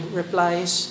replies